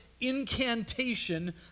incantation